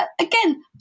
again